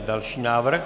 Další návrh.